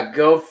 go